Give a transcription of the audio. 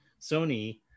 sony